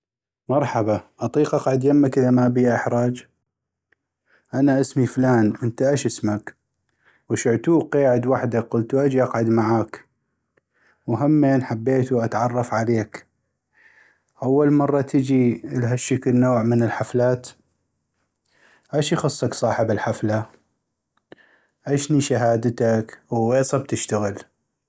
مرحبا اطيق اقعد يمك اذا ما بيها احراج ، انا اسمي فلان انت اش اسمك غشعتوك قيعد وحدك قلتو اجي اقعد معاك وهمين حبيتو اتعرف عليك اول مره تجي لهالشكل نوع من الحفلات ، اش يخصك صاحب الحفلة ، اشني شهادتك و ويصب تشتغل